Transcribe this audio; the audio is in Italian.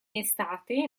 estate